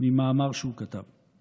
ממאמר שהוא כתב.